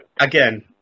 Again